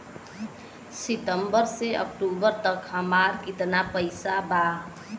सितंबर से अक्टूबर तक हमार कितना पैसा बा?